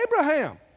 Abraham